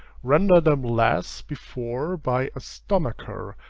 render them less before by a stomacher,